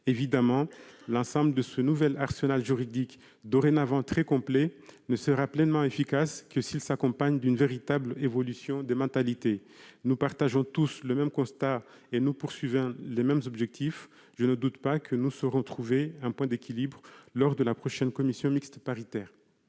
Évidemment, l'ensemble de ce nouvel arsenal juridique, dorénavant très complet, ne sera pleinement efficace que s'il s'accompagne d'une véritable évolution des mentalités. Nous partageons tous le même constat et nous avons les mêmes objectifs ; je ne doute pas que nous saurons trouver un point d'équilibre lors de la commission mixte paritaire